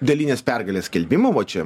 dalinės pergalės skelbimo va čia